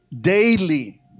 daily